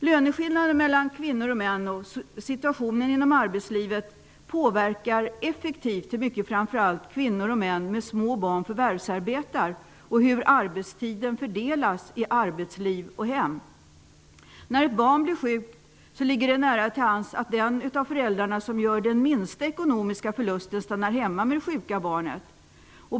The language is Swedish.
Löneskillnaden mellan könen och situationen inom arbetslivet påverkar effektivt hur mycket framför allt kvinnor och män med små barn förvärvsarbetar och hur arbetstiden fördelas mellan arbetsliv och hem. När ett barn blir sjukt ligger det nära till hands att den av föräldrarna som gör den minsta ekonomiska förlusten stannar hemma med barnet.